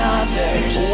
others